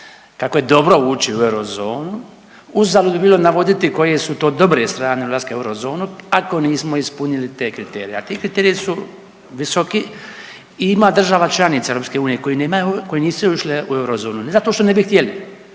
kako je dobro ući u eurozonu, uzalud bi bilo navoditi koje su to dobre strane ulaska u eurozonu ako nismo ispunili te kriterije, a ti kriteriji su visoki i ima država članica EU koji nemaju koje nisu ušle u eurozonu ne zato što ne bi htjeli